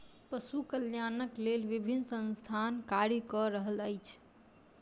पशु कल्याणक लेल विभिन्न संस्थान कार्य क रहल अछि